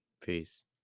Peace